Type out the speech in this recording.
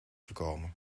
gekomen